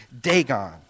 Dagon